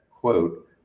quote